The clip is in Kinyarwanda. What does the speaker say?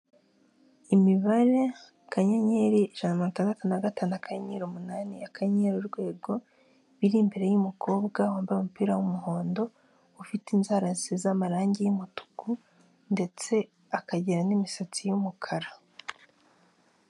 Imibare kanyenyeri ijana na mirongo itandatu na gatanu akanyenyeri umunani akanyenyeri urwego biri imbere y'umukobwa wambaye umupira w'umuhondo ufite inzara zisize amarangi y'umutuku ndetse akagira n'imisatsi y'umukara.